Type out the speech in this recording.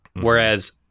Whereas